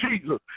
Jesus